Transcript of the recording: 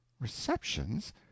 Receptions